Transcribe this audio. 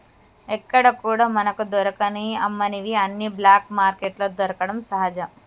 ఎక్కడా కూడా మనకు దొరకని అమ్మనివి అన్ని బ్లాక్ మార్కెట్లో దొరకడం సహజం